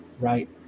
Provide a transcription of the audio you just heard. right